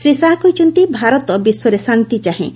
ଶ୍ରୀ ଶାହା କହିଛନ୍ତି ଭାରତ ବିଶ୍ୱରେ ଶାନ୍ତି ଚାହେଁ